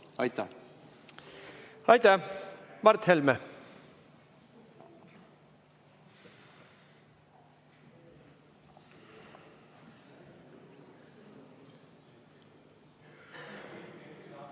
Aitäh! Aitäh! Mart Helme.